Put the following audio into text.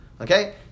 Okay